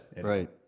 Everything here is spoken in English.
right